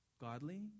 godly